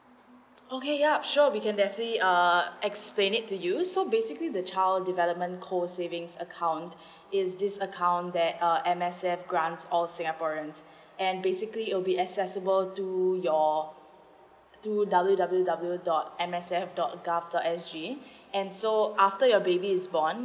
okay yup sure we can definitely uh explain it to you so basically the child development co savings account is this account that uh M_S_F grants all singaporeans and basically will be accessible to your to w w w dot M S F dot G_O_V dot s g and so after your baby is born